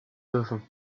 dürfen